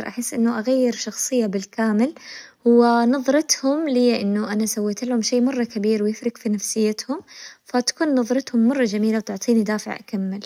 أحب كمان إذا فاضية في يوم إني أخرج وأسوي شي جديد في ذا اليوم.